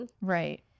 Right